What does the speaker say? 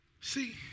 See